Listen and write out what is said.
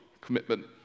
commitment